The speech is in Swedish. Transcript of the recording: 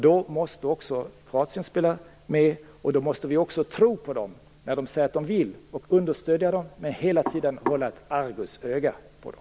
Då måste också Kroatien spela med. Då måste vi också tro på dem när de säger att de vill och understödja dem. Men vi måste hela tiden hålla ett argusöga på dem.